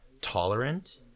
tolerant